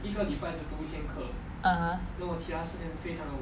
(uh huh)